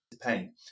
pain